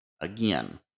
again